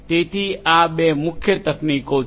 તેથી આ બે મુખ્ય તકનીકો છે